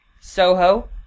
Soho